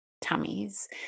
tummies